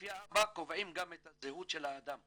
לפי האבא קובעים גם את הזהות של האדם.